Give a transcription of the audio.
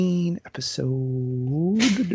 episode